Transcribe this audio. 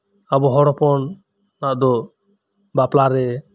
ᱟᱵᱩ ᱦᱚᱲᱦᱚᱯᱱᱟᱜ ᱫᱚ ᱵᱟᱯᱞᱟᱨᱮ